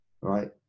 right